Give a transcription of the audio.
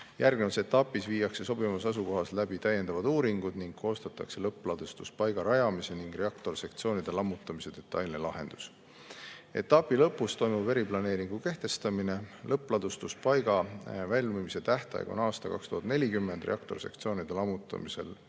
Järgnevas etapis viiakse sobivas asukohas läbi täiendavad uuringud ning koostatakse lõppladestuspaiga rajamise ja reaktorisektsioonide lammutamise detailne lahendus. Etapi lõpus toimub eriplaneeringu kehtestamine. Lõppladustuspaiga valmimise tähtaeg on aastal 2040, reaktorisektsioonide lammutamise puhul